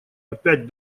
опять